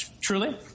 Truly